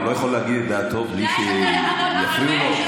הוא לא יכול להגיד את דעתו בלי שיפריעו לו?